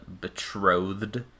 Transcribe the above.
betrothed